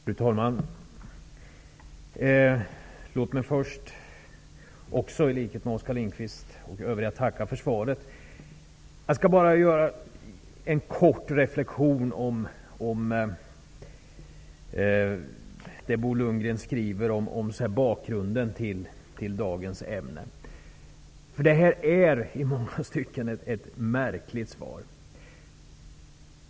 Fru talman! Låt mig först i likhet med Oskar Lindkvist och andra tacka för svaret. Jag skall göra en kort reflektion över det Bo Lundgren skriver om bakgrunden till dagens ämne. Det är i många stycken ett märkligt svar.